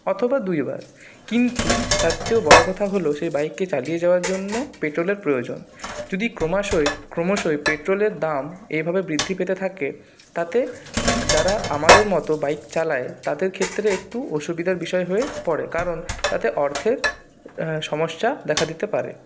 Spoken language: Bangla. অথবা দুইবার কিন্তু তারচেয়েও বড়ো কথা হল সেই বাইককে চালিয়ে যাওয়ার জন্য পেট্রোলের প্রয়োজন যদি ক্রমাশই ক্রমশই পেট্রোলের দাম এভাবে বৃদ্ধি পেতে থাকে তাতে যারা আমাদের মতো বাইক চালায় তাদের ক্ষেত্রে একটু অসুবিধার বিষয় হয়ে পড়ে কারণ তাতে অর্থের সমস্যা দেখা দিতে পারে